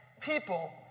people